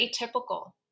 atypical